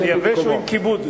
אני מקווה שהוא עם כיבוד.